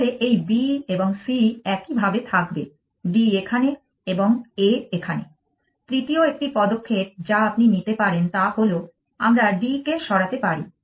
তাহলে এই B এবং C এইভাবে থাকবে D এখানে এবং A এখানে তৃতীয় একটি পদক্ষেপ যা আপনি নিতে পারেন তা হল আমরা D কে সরাতে পারি